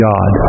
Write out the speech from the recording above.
God